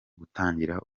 gutangira